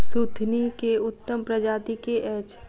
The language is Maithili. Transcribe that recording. सुथनी केँ उत्तम प्रजाति केँ अछि?